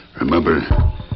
Remember